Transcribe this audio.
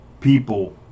people